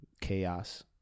chaos